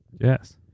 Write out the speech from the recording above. Yes